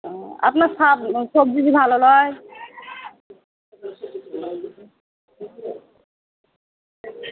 ও আপনার সাব সবজি ভালো নয়